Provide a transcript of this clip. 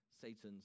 satan's